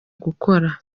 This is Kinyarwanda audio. gukora